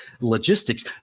logistics